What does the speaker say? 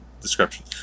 description